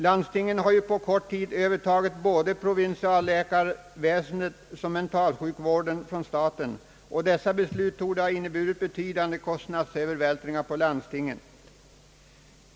Landstingen har ju på kort tid övertagit både provinsialläkarväsendet och mentalsjukvården från staten, och dessa beslut torde innebära betydande kostnadsövervältringar på landstingen.